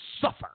suffer